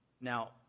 Now